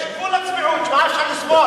יש גבול לצביעות, כמה אפשר לסבול.